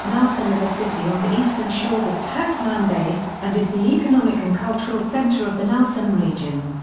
nelson is a city on the eastern shores of tasman bay, and is the economic and cultural centre of the nelson region.